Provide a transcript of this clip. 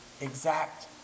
exact